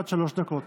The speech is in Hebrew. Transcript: עד שלוש דקות.